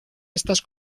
estas